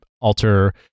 alter